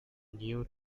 new